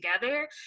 together